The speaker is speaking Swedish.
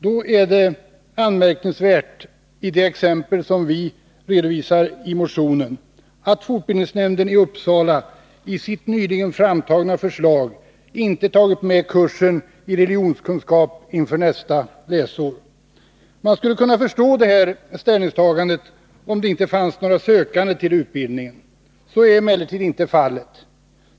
Då är det anmärkningsvärt —i det exempel som vi redovisar i motionen — att fortbildningsnämnden i Uppsala i sitt nyligen framtagna förslag inte tagit med kursen i religionskunskap inför nästa läsår. Man skulle kunna förstå detta ställningstagande, om det inte fanns några sökande till utbildningen. Så är emellertid inte fallet.